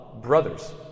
brothers